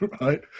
right